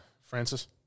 Francis